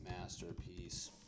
Masterpiece